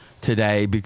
today